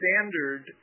standard